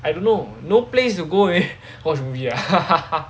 I don't know no place to go eh watch movie ah